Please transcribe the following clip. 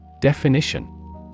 Definition